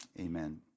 Amen